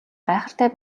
гайхалтай